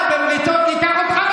בושה לתורת ישראל שאדם כמוך נושא,